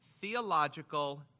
theological